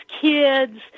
kids